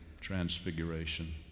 transfiguration